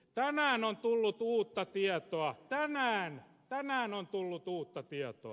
tänään on tullut uutta tietoa tänään tänään on tullut uutta tietoa